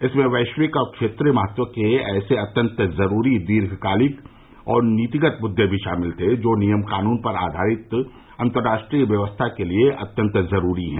इनमें वैश्विक और क्षेत्रीय महत्व के ऐसे अत्यंत जरूरी दीर्घकालिक और नीतिगत मुद्दे भी शामिल थे जो नियम कानून पर आघारित अंतर्राष्ट्रीय व्यवस्था के लिए अत्यंत जरूरी हैं